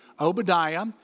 Obadiah